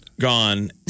Gone